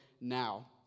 now